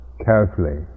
carefully